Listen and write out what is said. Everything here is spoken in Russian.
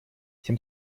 тем